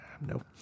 Nope